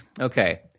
Okay